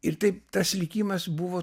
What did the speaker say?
ir taip tas likimas buvo